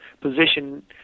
position